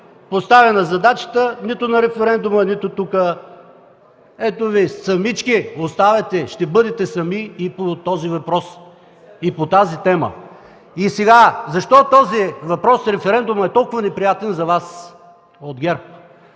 поставена задачата – нито на референдума, нито тук! Ето Ви, оставате самички, ще бъдете сами и по този въпрос, и по тази тема. И сега: защо този въпрос за референдума е толкова неприятен за Вас от ГЕРБ?